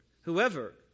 whoever